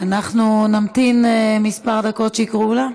אנחנו נמתין כמה דקות שיקראו לה.